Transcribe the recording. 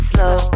Slow